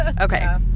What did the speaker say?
Okay